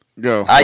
Go